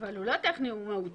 אבל הוא לא טכני, הוא מהותי.